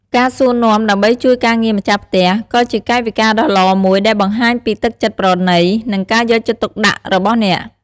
ការសួរនាំដើម្បីជួយការងារម្ចាស់ផ្ទះ ក៏ជាកាយវិការដ៏ល្អមួយដែលបង្ហាញពីទឹកចិត្តប្រណី និងការយកចិត្តទុកដាក់របស់អ្នក។